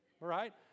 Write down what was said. right